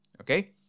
Okay